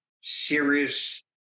serious